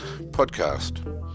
podcast